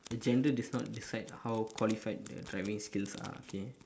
a gender does not decide how qualified the driving skills are okay